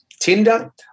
Tinder